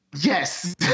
Yes